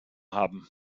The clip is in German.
haben